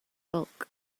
bulk